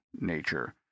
nature